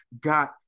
got